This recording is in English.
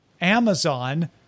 Amazon